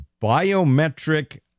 biometric